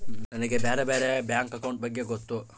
ನನಗೆ ಬ್ಯಾರೆ ಬ್ಯಾರೆ ಬ್ಯಾಂಕ್ ಅಕೌಂಟ್ ಬಗ್ಗೆ ಮತ್ತು?